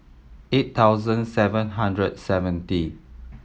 eight thousand seven hundred seventy